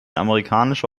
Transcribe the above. amerikanische